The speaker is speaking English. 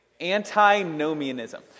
Antinomianism